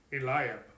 eliab